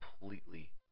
completely